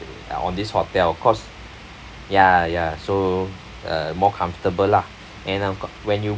on this hotel cause ya ya so uh more comfortable lah and I've got when you